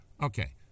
Okay